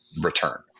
return